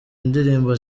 indirimbo